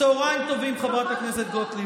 צוהריים טובים, חברת הכנסת גוטליב.